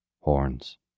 Horns